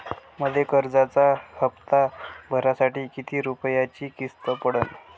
मले कर्जाचा हप्ता भरासाठी किती रूपयाची किस्त पडन?